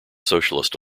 socialist